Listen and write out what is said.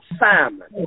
Simon